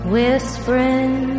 Whispering